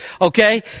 okay